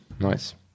Nice